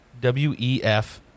WEF